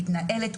מתנהלת,